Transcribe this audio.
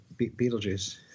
Beetlejuice